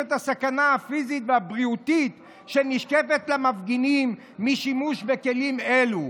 את הסכנה הפיזית והבריאותית שנשקפת למפגינים משימוש בכלים אלו.